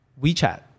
WeChat